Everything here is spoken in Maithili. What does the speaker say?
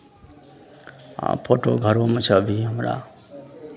हँ फोटो घरोमे छै अभी हमरा